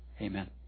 Amen